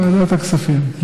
ועדת הכספים.